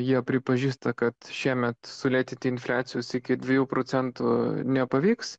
jie pripažįsta kad šiemet sulėtinti infliacijos iki dviejų procentų nepavyks